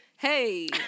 Hey